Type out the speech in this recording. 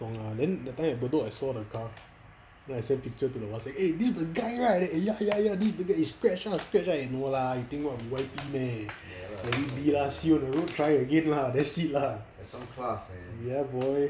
不懂 lah then that time at bedok I saw the car then I send picture to the whatsapp eh this is the guy right eh ya ya ya this the eh scratch ah scratch ah eh no lah you think Y_P meh let it be lah see on the road try again lah that's it lah ya boy